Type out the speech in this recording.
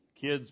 kids